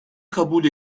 kabul